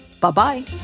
Bye-bye